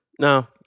No